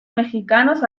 mexicanos